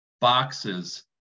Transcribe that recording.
boxes